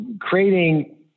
creating